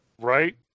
Right